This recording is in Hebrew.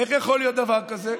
איך יכול להיות דבר כזה?